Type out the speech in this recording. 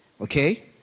Okay